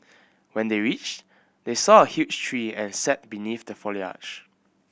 when they reached they saw a huge tree and sat beneath the foliage